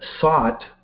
sought